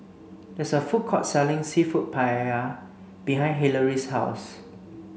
there is a food court selling Seafood Paella behind Hillery's house